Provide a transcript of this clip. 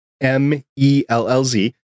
m-e-l-l-z